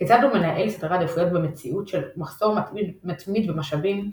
כיצד הוא מנהל סדרי עדיפויות במציאות של מחסור מתמיד במשאבים?